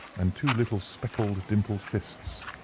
and two little speckled, dimpled fists.